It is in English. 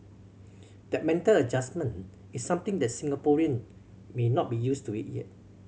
that mental adjustment is something that Singaporean may not be used to it yet